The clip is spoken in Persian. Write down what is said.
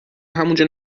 همونجا